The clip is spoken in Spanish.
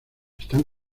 están